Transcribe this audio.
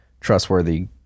trustworthy